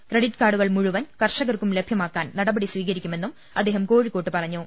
credit കാർഡുകൾ മുഴുവൻ കർഷകർക്കും ലഭ്യമാക്കാൻ നടപടി സ്വീകരിക്കുമെന്നും അദ്ദേഹം കോഴിക്കോട്ട് പറഞ്ഞു